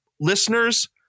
listeners